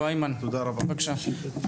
בבקשה.